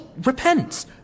Repent